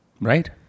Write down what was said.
Right